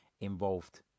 involved